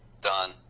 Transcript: done